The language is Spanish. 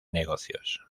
negocios